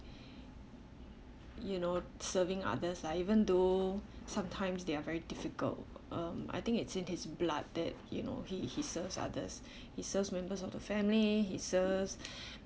you know serving others like even though sometimes they are very difficult um I think it's in his blood that you know he he serves others he serves members of the family he serves